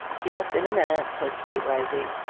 yes, in a minute, said kate, rising.